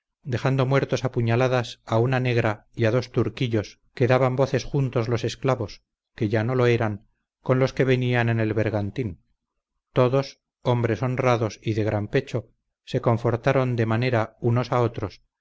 dejando muertos a puñaladas a una negra y a dos turquillos que daban voces juntos los esclavos que ya no lo eran con los que venían en el bergantín todos hombres honrados y de gran pecho se confortaron de manera unos a otros